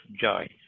joy